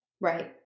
Right